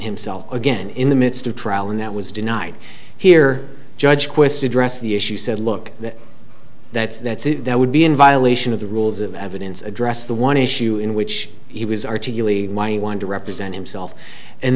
himself again in the midst of trial and that was denied here judge quist address the issue said look that that's that's that would be in violation of the rules of evidence address the one issue in which he was articulate why he wanted to represent himself and